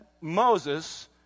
Moses